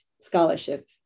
scholarship